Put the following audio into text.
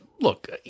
Look